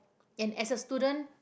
and as a student